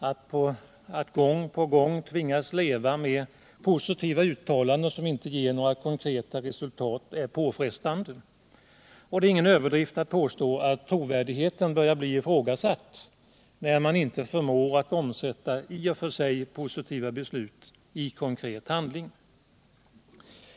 Att gång på gång tvingas leva med positiva uttalanden som inte ger några konkreta resultat är påfrestande. Det är ingen överdrift att påstå att trovärdigheten börjar bli ifrågasatt när man inte förmår att omsätta i och för sig positiva beslut i konkret handling.